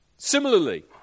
Similarly